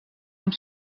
amb